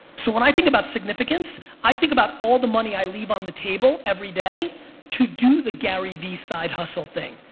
so when i think about significance i think about all the money i leave on the table every day to do the garyvee side hustle thing.